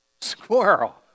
Squirrel